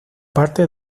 parte